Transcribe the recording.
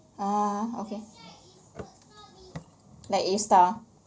ah okay like a star